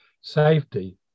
safety